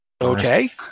okay